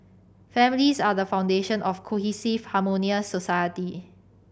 families are the foundation of cohesive harmonious society